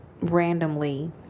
randomly